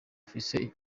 ufise